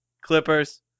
Clippers